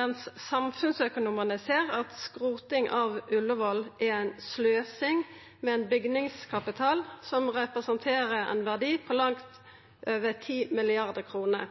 mens samfunnsøkonomane ser at skroting av Ullevål er ei sløsing med ein bygningskapital som representerer ein verdi på langt over